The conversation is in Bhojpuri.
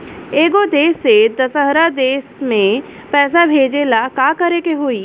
एगो देश से दशहरा देश मे पैसा भेजे ला का करेके होई?